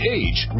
age